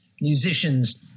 musicians